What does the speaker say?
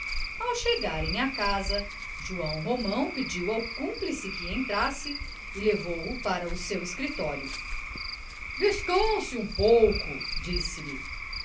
ao chegarem à casa joão romão pediu ao cúmplice que entrasse e levou-o para o seu escritório descanse um pouco disse-lhe